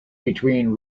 between